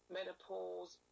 Menopause